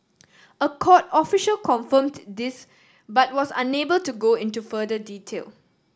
a court official confirmed this but was unable to go into further detail